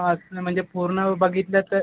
असं ना म्हणजे पूर्ण बघितलं तर